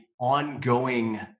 ongoing